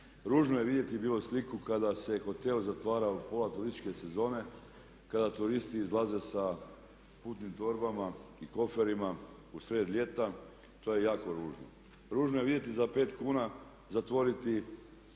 Ružno je vidjeti bilo sliku kada se hotel zatvarao u pola turističke sezone, kada turisti izlaze sa putnim torbama, koferima u sred ljeta. To je jako ružno. Ružno je vidjeti za 5 kuna zatvoriti